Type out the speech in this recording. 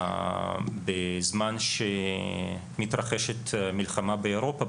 בזמן שמתרחשת מלחמה באירופה,